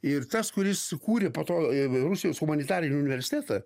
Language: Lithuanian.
ir tas kuris sukūrė po to rusijos humanitarinį universitetą